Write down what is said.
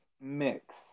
mix